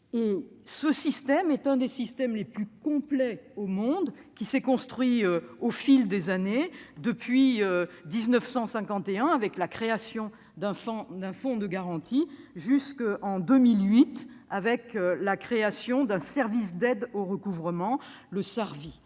Ce système est l'un des plus complets au monde ; il s'est construit au fil des années, depuis 1951, avec la création d'un fonds de garantie, jusqu'en 2008, avec la création du service d'aide au recouvrement des